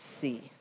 see